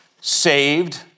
saved